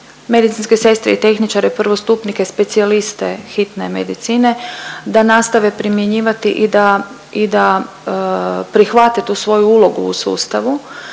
medicinske sestre i tehničare prvostupnike specijaliste hitne medicine da nastave primjenjivati i da i da prihvate tu svoju ulogu u sustavu